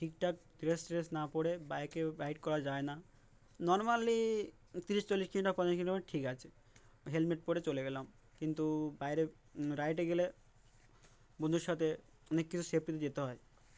ঠিকঠাক ড্রেস ট্রেস না পরে বাইকে রাইড করা যায় না নর্মালি তিরিশ চল্লিশ কিলোমিটার পঞ্চাশ কিলোমিটার ঠিক আছে হেলমেট পরে চলে গেলাম কিন্তু বাইরে রাইডে গেলে বন্ধুর সাথে অনেক কিছু সেফটিতে যেতে হয়